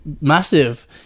massive